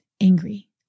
angry